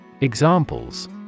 Examples